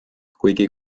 kuigi